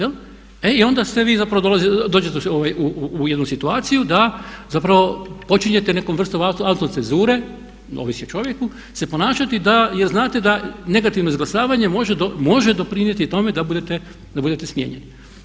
E i onda ste vi, zapravo dođete u jednu situaciju da zapravo počinjete nekom vrstom autocenzure, ovisi o čovjeku, se ponašati da, jer znate da negativnim izglasavanjem može doprinijeti tome da budete smijenjeni.